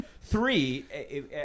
Three